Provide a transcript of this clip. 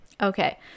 Okay